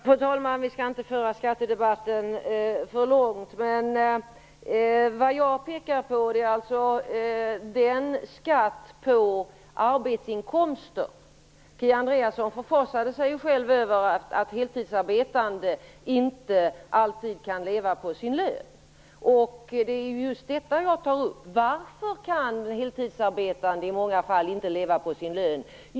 Fru talman! Vi skall inte föra skattedebatten för långt. Men det jag pekar på är en skatt på arbetsinkomster. Kia Andreasson förfasade sig ju själv över att heltidsarbetande inte alltid kan leva på sin lön. Det är just detta jag tar upp. Varför kan heltidsarbetande i många fall inte leva på sin lön?